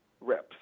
reps